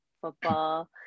football